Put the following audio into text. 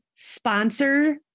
Sponsor